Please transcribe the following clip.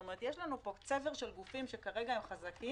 כלומר יש לנו פה צבר של גופים, שכרגע הם חזקים,